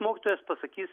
mokytojas pasakys